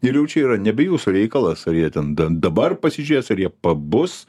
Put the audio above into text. ir jau čia yra nebe jūsų reikalas ar jie ten dan dabar pasižiūrės ar jie pabus